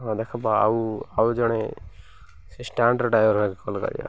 ହଁ ଦେଖବା ଆଉ ଆଉ ଜଣେ ସେ ଷ୍ଟାଣ୍ଡର ଡ୍ରାଇଭର୍ କଲ୍ କରିବା